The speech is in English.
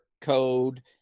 code